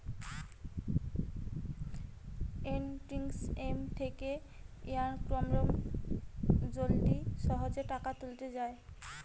ATM থেকে ইয়াকদম জলদি সহজে টাকা তুলে যায়